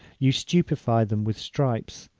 you stupify them with stripes,